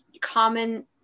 common